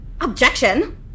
Objection